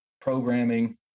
programming